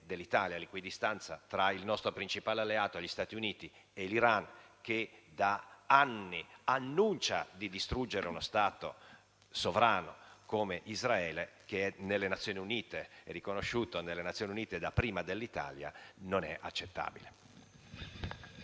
all'Italia. L'equidistanza tra il nostro principale alleato, gli Stati Uniti, e l'Iran, che da anni annuncia di voler distruggere uno Stato sovrano come Israele - che è nelle Nazioni Unite ed è riconosciuto dalle Nazioni Unite da prima dell'Italia - non è accettabile.